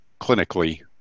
clinically